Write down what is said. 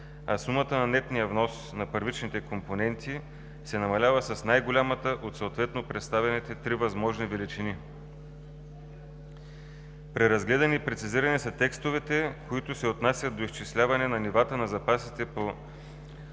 а сумата на нетния внос на първичните компоненти се намалява с най-голямата от съответно представените три възможни величини. Преразгледани и прецизирани са текстовете, които се отнасят до изчисляване на нивата на запасите по